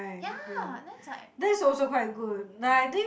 ya then is like